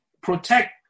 Protect